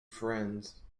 friends